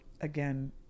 Again